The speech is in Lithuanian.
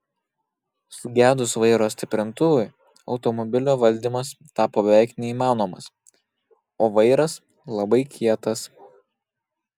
sugedus vairo stiprintuvui automobilio valdymas tapo beveik neįmanomas o vairas labai kietas